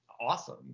awesome